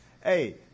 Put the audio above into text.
Hey